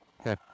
Okay